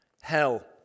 hell